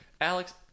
alex